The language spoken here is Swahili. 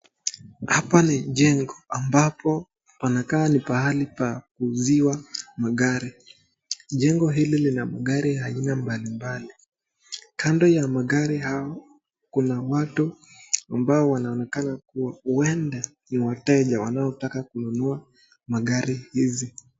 Hapa ni jengo ambapo panakaa ni pahali pa kuuziwa magari. Jengo hili lina magari aina mbali mbali. Kando ya magari hao kuna watu ambao wanaonekana kuwa huenda ni wateja wanaotaka kununua magari hizi.